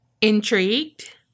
Intrigued